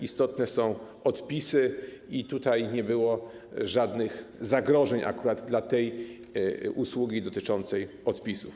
Istotne są odpisy i tutaj nie było żadnych zagrożeń akurat dla tej usługi dotyczącej odpisów.